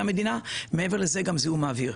המדינה ומעבר לכך גם זיהום האוויר.